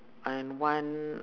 and one